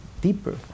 deeper